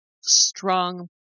strong